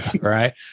right